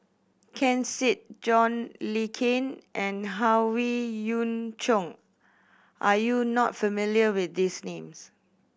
Ken Seet John Le Cain and Howe Yoon Chong are you not familiar with these names